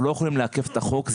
אנחנו לא יכולים לעכב את החוק.